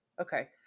Okay